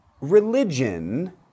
Religion